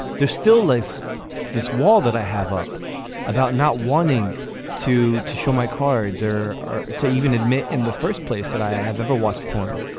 there's still this this wall that i have up about not wanting to to show my cards or or to even admit in the first place that i have ever watched porn.